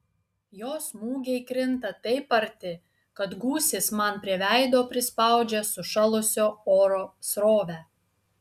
jo smūgiai krinta taip arti kad gūsis man prie veido prispaudžia sušalusio oro srovę